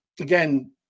again